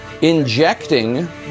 injecting